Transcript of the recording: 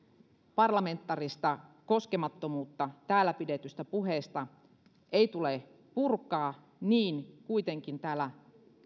parlamentaarista koskemattomuutta täällä pidetystä puheesta ei tule purkaa niin kuitenkin täällä